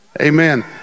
Amen